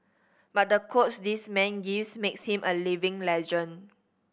but the quotes this man gives makes him a living legend